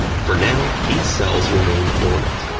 for now, these cells remain dormant.